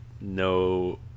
no –